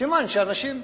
סימן שאנשים,